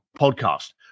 podcast